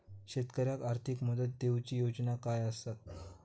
शेतकऱ्याक आर्थिक मदत देऊची योजना काय आसत?